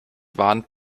warnt